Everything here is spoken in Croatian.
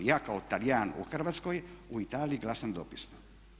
I ja kao Talijan u Hrvatskoj u Italiji glasam dopisno.